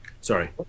Sorry